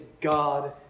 God